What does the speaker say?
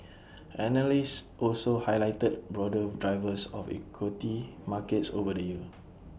analysts also highlighted broader drivers of equity markets over the year